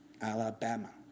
Alabama